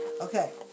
Okay